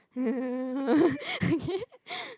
okay